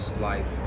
life